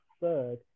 third